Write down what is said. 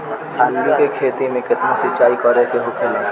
आलू के खेती में केतना सिंचाई करे के होखेला?